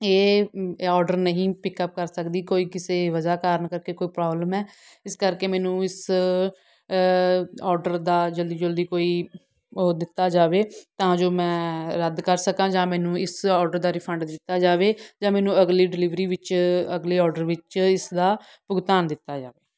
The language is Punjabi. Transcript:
ਇਹ ਔਡਰ ਨਹੀਂ ਪਿਕਅਪ ਕਰ ਸਕਦੀ ਕੋਈ ਕਿਸੇ ਵਜ੍ਹਾ ਕਾਰਨ ਕਰਕੇ ਕੋਈ ਪ੍ਰੋਬਲਮ ਹੈ ਇਸ ਕਰਕੇ ਮੈਨੂੰ ਇਸ ਔਡਰ ਦਾ ਜਲਦੀ ਤੋਂ ਜਲਦੀ ਕੋਈ ਉਹ ਦਿੱਤਾ ਜਾਵੇ ਤਾਂ ਜੋ ਮੈਂ ਰੱਦ ਕਰ ਸਕਾਂ ਜਾਂ ਮੈਨੂੰ ਇਸ ਔਡਰ ਦਾ ਰਿਫੰਡ ਦਿੱਤਾ ਜਾਵੇ ਜਾਂ ਮੈਨੂੰ ਅਗਲੀ ਡਿਲੀਵਰੀ ਵਿੱਚ ਅਗਲੇ ਔਡਰ ਵਿੱਚ ਇਸਦਾ ਭੁਗਤਾਨ ਦਿੱਤਾ ਜਾਵੇ